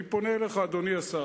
אני פונה אליך, אדוני השר,